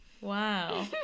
Wow